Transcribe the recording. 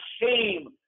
shame